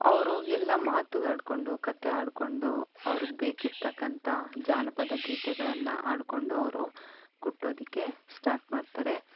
ಅವರು ಎಲ್ಲ ಮಾತು ಆಡಿಕೊಂಡು ಕತೆ ಆಡಿಕೊಂಡು ಅವರು ಬೇಕಿರತಕ್ಕಂತ ಜಾನಪದ ಗೀತೆಗಳನ್ನು ಆಡಿಕೊಂಡು ಅವರು ಕುಟ್ಟೋದಕ್ಕೆ ಸ್ಟಾರ್ಟ್ ಮಾಡ್ತಾರೆ